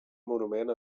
monument